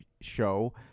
show